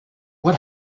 what